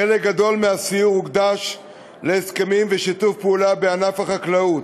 חלק גדול מהסיור הוקדש להסכמים ולשיתוף פעולה בענף החקלאות.